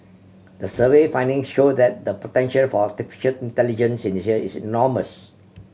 the survey findings show that the potential for intelligence in Asia is enormous